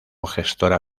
gestora